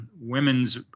women's